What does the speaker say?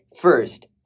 First